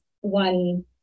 one